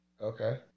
Okay